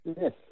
Yes